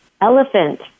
Elephant